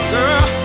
Girl